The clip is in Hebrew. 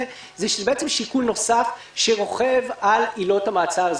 זה בעצם שיקול נוסף שרוכב על עילות המעצר.